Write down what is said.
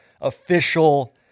official